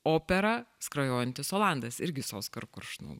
opera skrajojantis olandas irgi su oskaru koršunovu